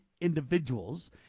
individuals